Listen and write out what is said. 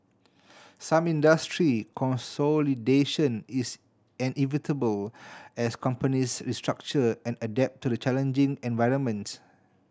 some industry consolidation is inevitable as companies restructure and adapt to the challenging environment